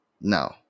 No